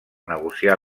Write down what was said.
negociar